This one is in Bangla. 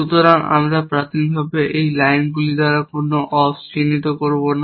সুতরাং আমরা প্রাথমিকভাবে এই লাইনগুলি দ্বারা কোনও অপস চিত্রিত করব না